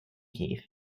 heath